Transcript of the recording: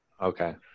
Okay